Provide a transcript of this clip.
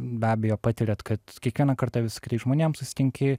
be abejo patiriat kad kiekvieną kartą vis su kitais žmonėm susitinki